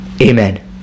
Amen